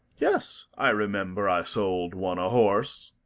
yes, i remember i sold one a horse.